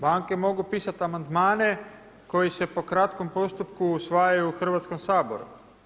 Banke mogu pisat amandmane koji se po kratkom postupku usvajaju u Hrvatskom saboru.